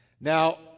Now